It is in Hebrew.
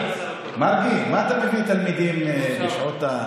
מה אתה מביא תלמידים בשעות,